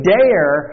dare